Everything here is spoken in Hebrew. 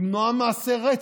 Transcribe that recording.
למנוע מעשי רצח.